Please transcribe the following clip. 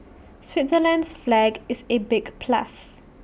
Switzerland's flag is A big plus